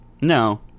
No